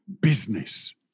business